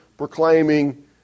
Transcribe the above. proclaiming